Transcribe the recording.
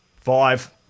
Five